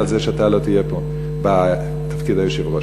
על זה שאתה לא תהיה פה בתפקיד היושב-ראש.